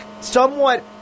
somewhat